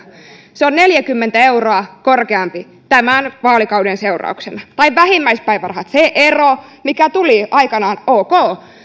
se on neljäkymmentä euroa korkeampi tämän vaalikauden seurauksena tai vähimmäispäivärahat se ero mikä tuli aikanaan